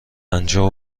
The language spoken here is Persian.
پنجاه